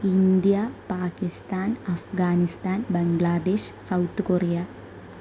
India Pakistan Afghanistan Bangladesh South Korea